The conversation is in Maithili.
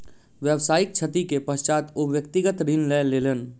व्यावसायिक क्षति के पश्चात ओ व्यक्तिगत ऋण लय लेलैन